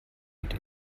wird